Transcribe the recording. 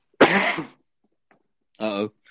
Uh-oh